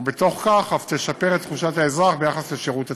ובתוך כך אף תשפר את תחושת האזרח ביחס לשירות הציבורי.